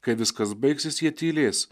kai viskas baigsis jie tylės